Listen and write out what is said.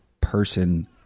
person